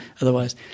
otherwise